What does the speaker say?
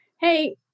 Hey